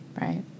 Right